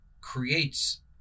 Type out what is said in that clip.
creates